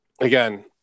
again